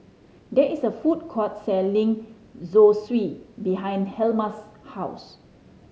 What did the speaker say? there is a food court selling Zosui behind Helma's house